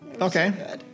okay